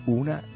una